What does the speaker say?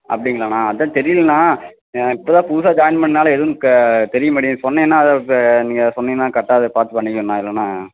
அப்படிங்களாண்ணா அதுதான் தெரியிலண்ணா இப்போ தான் புதுசாக ஜாயின் பண்ணால் எதுவும் க தெரிய மாட்டிங்கு சொன்னீங்கன்னால் அதை இப்போ நீங்கள் சொன்னீங்கன்னால் கரெக்டாக அதை பார்த்து பண்ணிக்குவேண்ணா இல்லைன்னா